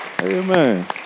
amen